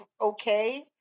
okay